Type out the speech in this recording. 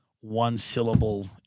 one-syllable